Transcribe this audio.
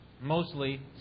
mostly